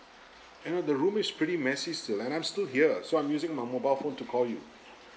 you know the room is pretty messy still and I'm still here so I'm using my mobile phone to call you